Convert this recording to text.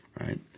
right